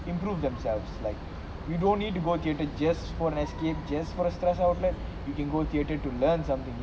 improve themselves like you don't need to go theatre just for an escape just for a stress outlet you can go theatre to learn something